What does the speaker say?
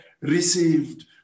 received